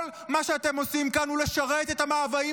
כל מה שאתם עושים כאן הוא לשרת את המאוויים